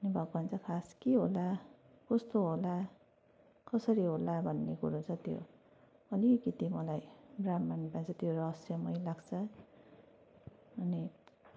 अनि भगवान चाहिँ खास के होला कस्तो होला कसरी होला भन्ने कुरो चाहिँ त्यो अलिकति मलाई ब्रह्माण्डमा चाहिँ त्यो रहस्यमय लाग्छ अनि